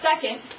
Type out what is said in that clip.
Second